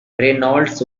reynolds